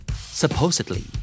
Supposedly